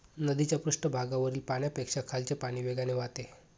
नदीच्या पृष्ठभागावरील पाण्यापेक्षा खालचे पाणी वेगाने वाहते